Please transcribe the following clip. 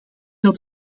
dat